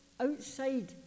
outside